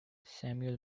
samuel